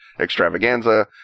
extravaganza